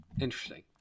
Interesting